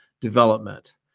development